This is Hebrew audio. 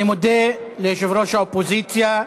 אני מודה ליושב-ראש האופוזיציה.